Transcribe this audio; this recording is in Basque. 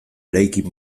eraikin